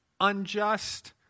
unjust